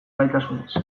alaitasunez